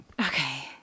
Okay